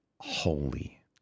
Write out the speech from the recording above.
holy